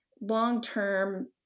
long-term